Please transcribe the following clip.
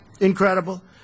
incredible